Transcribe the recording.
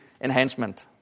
enhancement